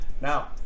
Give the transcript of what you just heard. Now